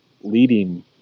leading